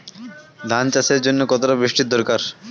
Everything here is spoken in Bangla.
ধান চাষের জন্য কতটা বৃষ্টির দরকার?